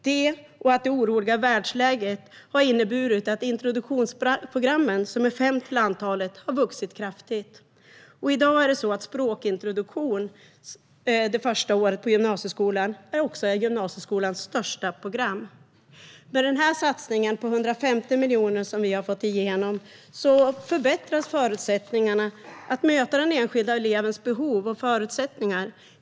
Detta, liksom det oroliga världsläget, har inneburit att introduktionsprogrammen, som är fem till antalet, har vuxit kraftigt. Språkintroduktionen under det första året är nu gymnasieskolans största program. Med den satsning på 150 miljoner som vi har fått igenom förbättras förutsättningarna för att möta den enskilda elevens behov och förutsättningar.